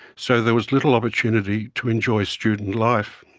so there was little opportunity to enjoy student life.